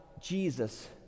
Jesus